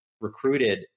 recruited